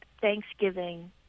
Thanksgiving